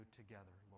together